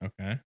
Okay